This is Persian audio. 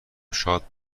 شاد